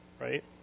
right